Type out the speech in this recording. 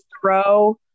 throw